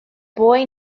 boy